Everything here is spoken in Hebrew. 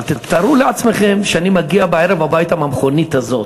אבל תתארו לעצמכם שאני מגיע בערב הביתה עם המכונית הזאת,